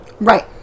Right